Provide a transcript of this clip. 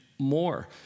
more